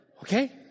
Okay